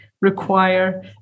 require